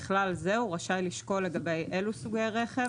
בכלל זה הוא רשאי לשקול לגבי אילו סוגי רכב,